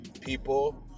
people